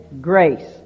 Grace